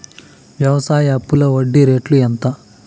వ్యవసాయ అప్పులో వడ్డీ రేట్లు ఎంత?